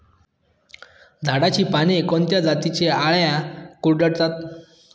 झाडाची पाने कोणत्या जातीच्या अळ्या कुरडतात?